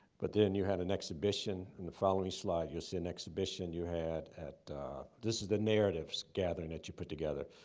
but then you had an exhibition. in the following slide, you'll see an exhibition you had at this is the narratives gathering that you put together.